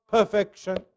Perfection